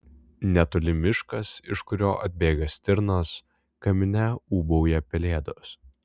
netoli miškas iš kurio atbėga stirnos kamine ūbauja pelėdos